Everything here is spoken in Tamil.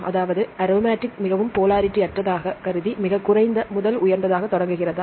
அதாவது அரோமாட்டிக் மிகவும் போலாரிட்டி அற்றதாக கருதி மிகக் குறைந்த முதல் மிக உயர்ந்ததாகத் தொடங்குகிறதா